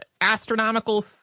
astronomical